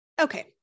okay